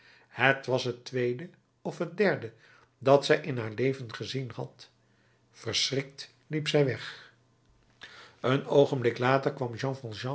het was het tweede of het derde dat zij in haar leven gezien had verschrikt liep zij weg een oogenblik later kwam